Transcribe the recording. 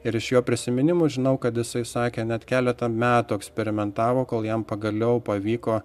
ir iš jo prisiminimų žinau kad jisai sakė net keletą metų eksperimentavo kol jam pagaliau pavyko